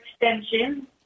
extension